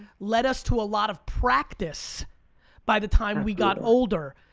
led us to a lot of practice by the time we got older.